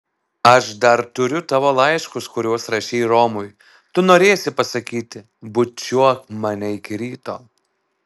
aš dar turiu tavo laiškus kuriuos rašei romui tu norėsi pasakyti bučiuok mane iki ryto